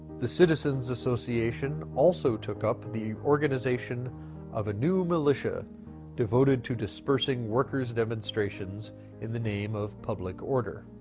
the citizens association also took up the organization of a new militia devoted to dispersing workers' demonstrations in the name of public order.